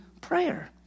prayer